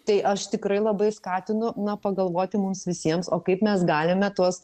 tai aš tikrai labai skatinu na pagalvoti mums visiems o kaip mes galime tuos